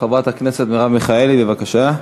חברת הכנסת מרב מיכאלי, בבקשה.